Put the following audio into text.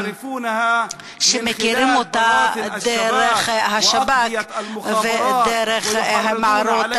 שמכירים אותה דרך השב"כ ודרך מערות